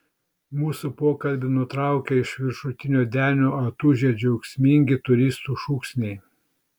mūsų pokalbį nutraukė iš viršutinio denio atūžę džiaugsmingi turistų šūksniai